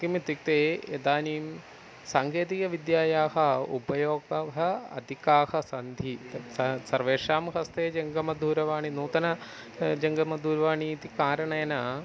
किम् इत्युक्ते इदानीं साङ्केतीयविद्यायाः उपयोगाः अधिकाः सन्ति सः सर्वेषां हस्ते जङ्गमदूरवाणी नूतना जङ्गमदूरवाणी इति कारणेन